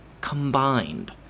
combined